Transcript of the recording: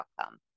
outcome